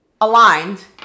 aligned